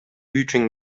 үчүн